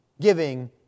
giving